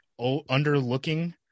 underlooking